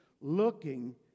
looking